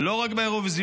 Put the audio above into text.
ולא רק באירוויזיון.